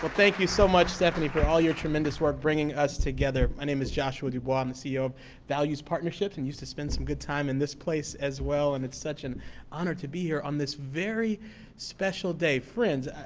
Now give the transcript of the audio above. but thank you so much, stephanie, for all your tremendous work, bringing us together. my name is joshua dubois. i'm the ceo of values partnerships. i and used to spend some good time in this place as well, and it's such an honor to be here on this very special day. friends,